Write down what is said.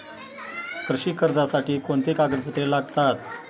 कृषी कर्जासाठी कोणती कागदपत्रे लागतात?